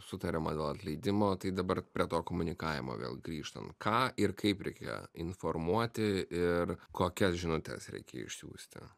sutariama dėl atleidimo tai dabar prie to komunikavimo vėl grįžtant ką ir kaip reikėjo informuoti ir kokias žinutes reikia išsiųsti